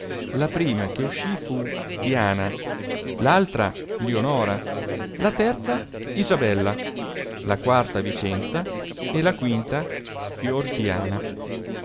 la prima che uscì fu diana l altra lionora la terza isabella la quarta vicenza e la quinta fiordiana